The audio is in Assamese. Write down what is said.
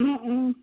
অঁ অঁ